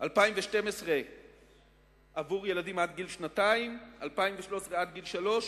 בשנת 2012 עד גיל שנתיים, ב-2013 עד גיל שלוש,